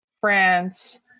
France